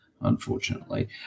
unfortunately